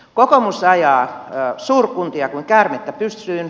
kokoomus ajaa suurkuntia kuin käärmettä pyssyyn